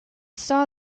saw